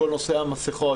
כל נושא המסכות,